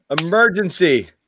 Emergency